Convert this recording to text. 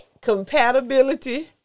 Compatibility